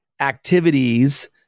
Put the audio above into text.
activities